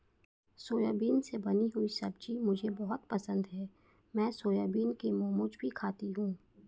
soybean से बनी हुई सब्जी मुझे बहुत पसंद है मैं सोयाबीन के मोमोज भी खाती हूं